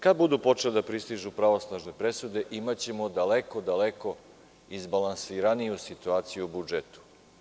Kada budu počele da pristižu pravosnažne presude imaćemo daleko izbalansiraniju situaciju u budžetu.